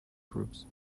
groups